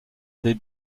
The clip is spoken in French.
des